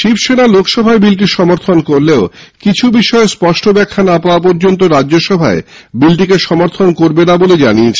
শিবসেনা লোকসভায় বিলটি সমর্থন করলেও কিছু বিষয়ে ব্যাখ্যা না পাওয়া পর্যন্ত রাজ্যসভায় বিলটিকে সমর্থন করবে না বলে জানিয়েছে